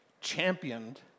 championed